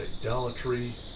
idolatry